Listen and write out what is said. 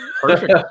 Perfect